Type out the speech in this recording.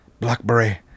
blackberry